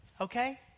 Okay